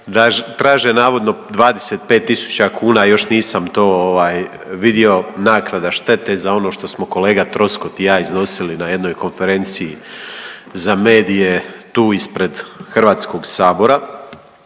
Traže navodno 25000 kuna još nisam vidio naknada štete za ono što smo kolega Troskot i ja iznosili na jednoj konferenciji za medije tu ispred Hrvatskog sabora.